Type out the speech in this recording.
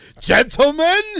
gentlemen